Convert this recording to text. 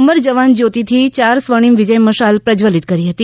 અમર જવાન જ્યોતિથી ચાર સ્વર્ણિમ વિજય મશાળ પ્રજ્વલિત કરી હતી